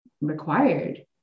required